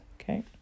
Okay